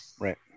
Right